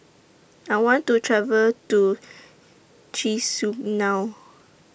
I want to travel to Chisinau